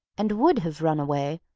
and would have run away,